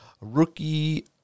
rookie